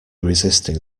resisting